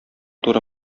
туры